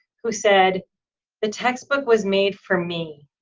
who said the textbook was made for me,